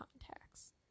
contacts